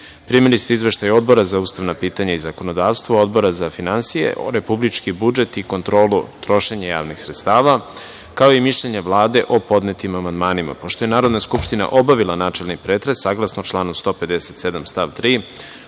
ste izveštaj Odbora za ustavna pitanja i zakonodavstvo, Odbora za finansije, republički budžet i kontrolu trošenja javnih sredstava, kao mi mišljenje Vlade o podnetim amandmanima. Pošto je Narodna skupština obavila načelni pretres, saglasno članu 157.